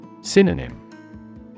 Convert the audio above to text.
Synonym